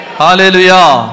hallelujah